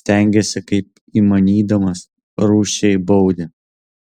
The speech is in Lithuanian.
stengėsi kaip įmanydamas rūsčiai baudė